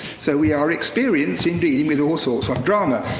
so we are experienced in dealing with all sorts of drama.